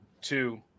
two